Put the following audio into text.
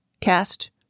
cast